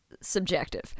subjective